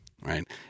right